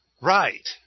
Right